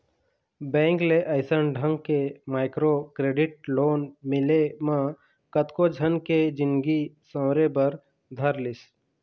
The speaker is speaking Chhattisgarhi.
बेंक ले अइसन ढंग के माइक्रो क्रेडिट लोन मिले म कतको झन के जिनगी सँवरे बर धर लिस